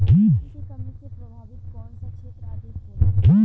Boron के कमी से प्रभावित कौन सा क्षेत्र अधिक होला?